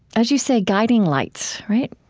as you say, guiding lights. right?